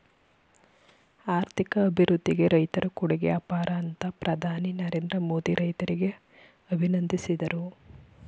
ಆರ್ಥಿಕ ಅಭಿವೃದ್ಧಿಗೆ ರೈತರ ಕೊಡುಗೆ ಅಪಾರ ಅಂತ ಪ್ರಧಾನಿ ನರೇಂದ್ರ ಮೋದಿ ರೈತರಿಗೆ ಅಭಿನಂದಿಸಿದರು